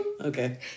okay